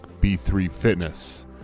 b3fitness